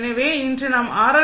எனவே இன்று நாம் ஆர்